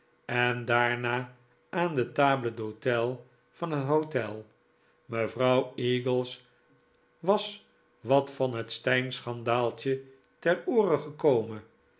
en daarna aan de table d'hote van het hotel mevrouw eagles was wat van het steyne schandaaltje ter oore gekomen